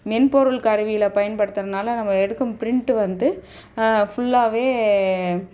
மென்பொருள் கருவிகளை பயன்படுத்துகிறனால நம்ம எடுக்கும் ப்ரிண்ட்டு வந்து ஃபுல்லாவே